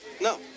No